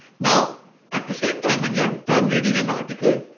now at the same time, when you're done reading an article,